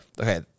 Okay